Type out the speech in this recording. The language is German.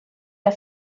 der